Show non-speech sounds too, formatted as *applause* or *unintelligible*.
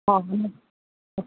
আর *unintelligible*